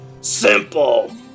Simple